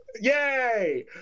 Yay